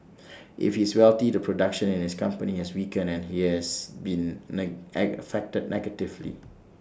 if he's wealthy the production in his company has weakened and he has been night egg affected negatively